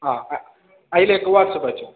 ആ ആ അതിലേക്ക് വാട്ട്സപ്പ് അയച്ചോ